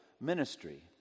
ministry